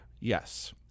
yes